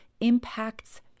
impacts